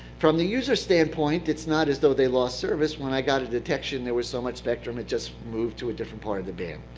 from the user's standpoint, it's not as though they lost service. when i got a detection, there was so much spectrum, it just moved to a different part of the band.